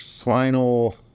final